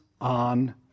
on